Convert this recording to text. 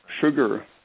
sugar